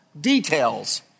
details